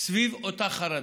סביב אותה חרדה.